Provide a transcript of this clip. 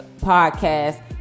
podcast